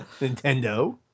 nintendo